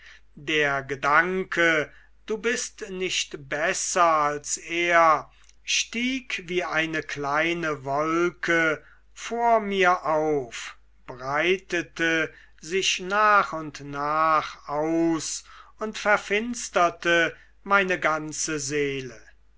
der gedanke du bist nicht besser als er stieg wie eine kleine wolke vor mir auf breitete sich nach und nach aus und verfinsterte meine ganze seele